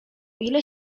ile